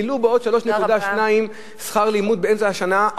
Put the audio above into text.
העלו את שכר הלימוד בעוד 3.2% באמצע השנה,